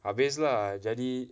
habis lah jadi